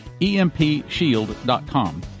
EMPshield.com